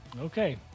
Okay